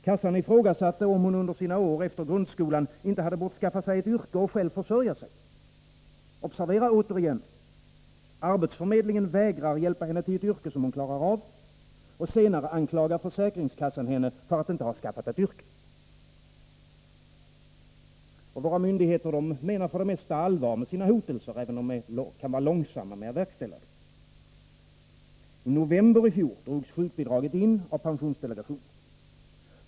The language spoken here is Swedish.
Kassan ifrågasatte om hon under sina år efter grundskolan inte bort skaffa sig ett yrke och själv försörja sig. Observera återigen — arbetsförmedlingen vägrar hjälpa henne till ett yrke hon klarar av, och senare anklagar försäkringskassan henne för att inte ha skaffat sig ett yrke. Våra myndigheter menar oftast allvar med sina hotelser, även om de kan vara långsamma med verkställandet. I november i fjol drogs sjukbidraget in av pensionsdelegationen.